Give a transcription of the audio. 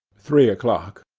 three o'clock.